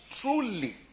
truly